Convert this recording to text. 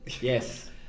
Yes